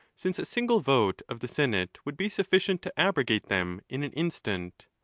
since a single vote of the senate would be sufficient to abrogate them in an instant.